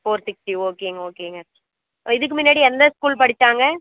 four sixty ஓகேங்க ஓகேங்க இதுக்கு முன்னடி எந்த ஸ்கூல் படிச்சாங்க